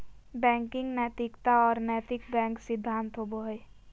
banking नैतिकता और नैतिक बैंक सिद्धांत होबो हइ